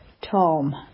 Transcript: Tom